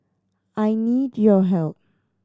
I need your help